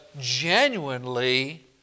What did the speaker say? genuinely